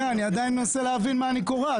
אני עדיין מנסה להבין מה אני קורא.